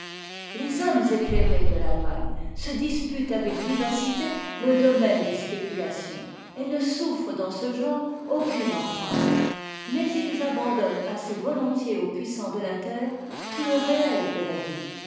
les hommes éclairés de l'àllemagne se disputent avec vivacité le domaine des spéculations et ne souffrent dans ce genre aucune entrave mais ils abandonnent assez volontiers aux puissants de la terre tout le réel de la vie